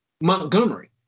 Montgomery